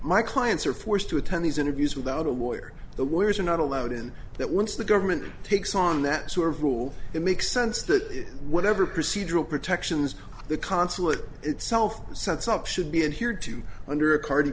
my clients are forced to attend these interviews without a lawyer the wires are not allowed in that once the government takes on that sort of rule it makes sense that whatever procedural protections the consulate itself sets up should be adhered to under a cardi